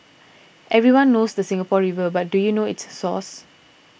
everyone knows the Singapore River but do you know its source